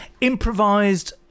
improvised